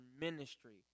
ministry